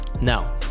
Now